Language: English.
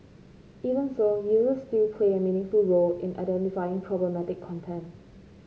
even so users still play a meaningful role in identifying problematic content